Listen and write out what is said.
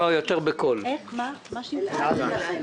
גופים: מהשירות המטאורולוגי והשירות ההידרולוגי.